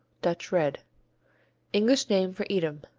dutch red english name for edam.